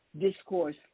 discourse